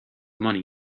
money